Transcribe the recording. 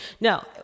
no